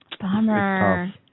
Bummer